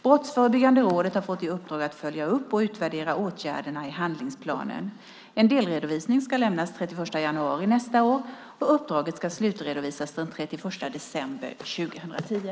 Brottsförebyggande rådet har fått i uppdrag att följa upp och utvärdera åtgärderna i handlingsplanen. En delredovisning ska lämnas den 31 januari nästa år och uppdraget ska slutredovisas den 31 december 2010.